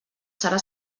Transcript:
serà